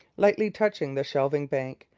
lightly touching the shelving bank,